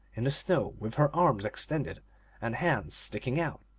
in the snow, with her arms extended and hands sticking out.